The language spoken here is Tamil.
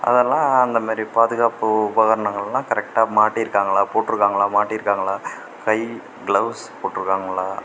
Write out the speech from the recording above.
அதெல்லாம் அந்தமாரி பாதுகாப்பு உபகரணங்கள்லாம் கரெக்டாக மாட்டியிருக்காங்களா போட்டிருக்காங்களா மாட்டியிருக்காங்களா கை கிளவுஸ் போட்டிருக்காங்களா